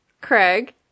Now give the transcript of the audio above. Craig